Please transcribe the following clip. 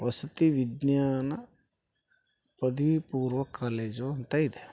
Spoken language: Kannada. ವಸತಿ ವಿಜ್ಞಾನ ಪದವಿಪೂರ್ವ ಕಾಲೇಜು ಅಂತ ಇದೆ